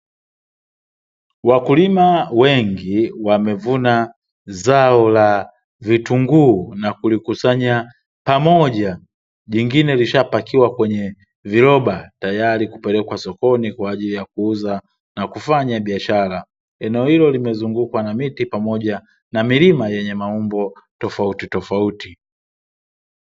Wakulima wengi wamevuna zao la vitunguu na kulikusanya pamoja, jingine likiwa limeshapakiwa kwenye viroba na tayari kupelekwa sokoni kwa ajili ya kuuza na kufanya biashara, eneo hilo limezingukwa na miti pamoja na milima yenye maumbo tofautitofauti.